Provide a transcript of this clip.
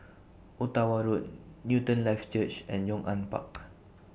Ottawa Road Newton Life Church and Yong An Park